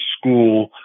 school